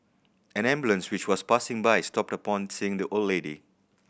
an ambulance which was passing by stopped upon seeing the old lady